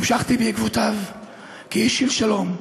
המשכתי בעקבותיו כאיש של שלום,